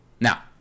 Now